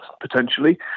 potentially